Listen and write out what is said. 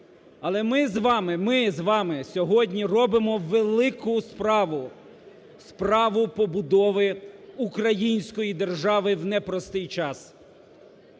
але ми з вами, ми з вами сьогодні робимо велику справу – справу побудови української держави в непростий час.